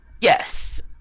yes